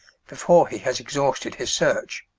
before he has exhausted his search.